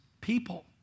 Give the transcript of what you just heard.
People